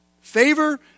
Favor